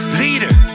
leader